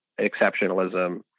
exceptionalism